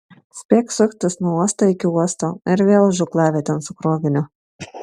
spėk suktis nuo uosto iki uosto ir vėl žūklavietėn su kroviniu